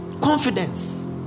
Confidence